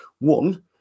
One